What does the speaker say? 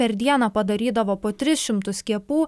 per dieną padarydavo po tris šimtus skiepų